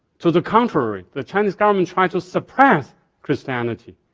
to the contrary, the chinese government try to suppress christianity,